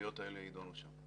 שהסוגיות האלה יידונו שם.